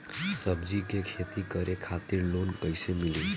सब्जी के खेती करे खातिर लोन कइसे मिली?